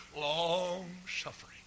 long-suffering